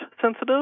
sensitive